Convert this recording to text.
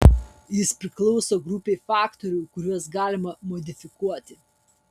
jis priklauso grupei faktorių kuriuos galime modifikuoti